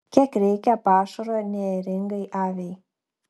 kiek reikia pašaro neėringai aviai